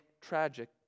tragic